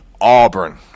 Auburn